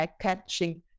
catching